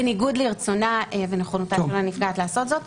בניגוד לרצונה ונכונותה של הנפגעת לעשות זאת.